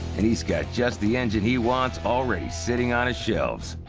and he's got just the engine he wants already sitting on his shelves.